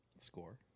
Score